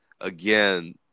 again